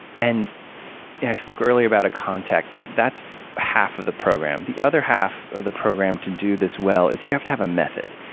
and i spoke earlier about a context. that's half of the program. the other half of the program to do this well is you have to have a method.